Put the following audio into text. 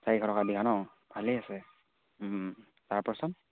চাৰিশ টকা দিয়া ন ভালেই হৈছে তাৰপাছত